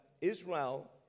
Israel